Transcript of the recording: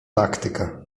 taktyka